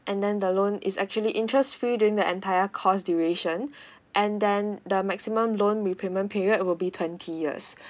and then the loan is actually interest free during the entire course duration and then the maximum loan repayment period will be twenty years